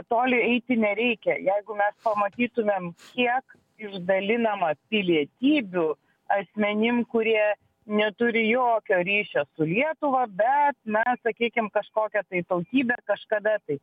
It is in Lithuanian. toli eiti nereikia jeigu mes pamatytumėm kiek išdalinama pilietybių asmenim kurie neturi jokio ryšio su lietuva bet na sakykim kažkokią tai tautybę kažkada tai